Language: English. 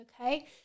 okay